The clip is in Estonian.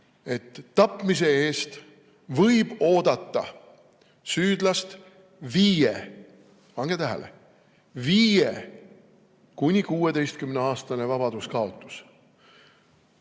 et tapmise eest võib oodata süüdlast 5 – pange tähele! – 5–16‑aastane vabaduskaotus.